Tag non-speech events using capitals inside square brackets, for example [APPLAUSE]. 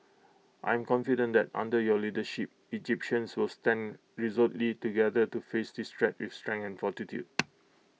I am confident that under your leadership Egyptians will stand [UNINTELLIGIBLE] together to face this threat with strength and fortitude